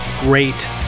great